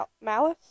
malice